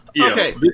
Okay